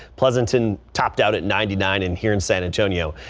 pleasanton topped out at ninety nine in here in san antonio.